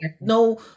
no